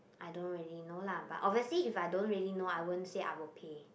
I don't really know lah but obviously if I don't really know I won't say I will pay